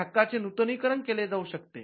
त्या हक्काचे नूतनीकरण केले जाऊ शकते